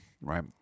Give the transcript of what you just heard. right